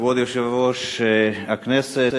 כבוד יושב-ראש הכנסת,